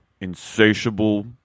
Insatiable